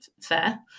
fair